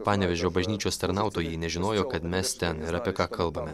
panevėžio bažnyčios tarnautojai nežinojo kad mes ten ir apie ką kalbame